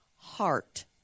heart